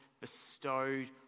bestowed